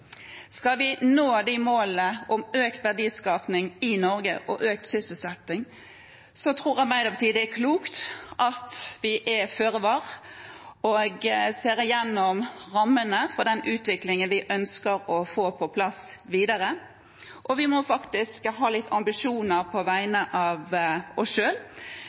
Skal vi nå målene om økt verdiskaping og økt sysselsetting i Norge, tror Arbeiderpartiet det er klokt at vi er føre var og ser gjennom rammene for den utviklingen vi ønsker å få på plass videre. Vi må faktisk ha litt ambisjoner på vegne av oss